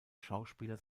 schauspieler